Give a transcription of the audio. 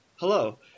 Hello